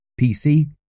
PC